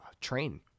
train